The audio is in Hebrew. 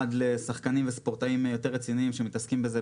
עד לשחקנים וספורטאים יותר רציניים שמתעסקים בזה,